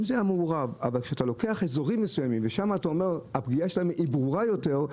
אבל כשאתה לוקח אזורים מסוימים ושם אתה רואה שהפגיעה שלהם ברורה יותר,